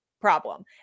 problem